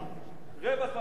רווח והצלה.